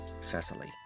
Cecily